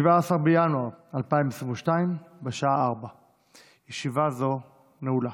17 בינואר 2022, בשעה 16:00. ישיבה זו נעולה.